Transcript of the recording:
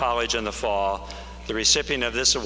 college in the fall the recipient of this